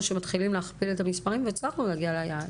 שמתחילים להכפיל את המספרים והצלחנו להגיע ליעד,